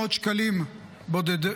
מאות שקלים בודדים,